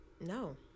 No